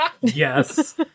Yes